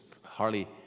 hardly